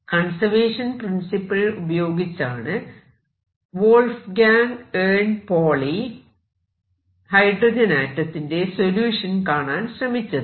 conservation principle ഉപയോഗിച്ചാണ് Wolfgang എൺ Pauli hydrogen ആറ്റത്തിന്റെ സൊല്യൂഷൻ കാണാൻ ശ്രമിച്ചത്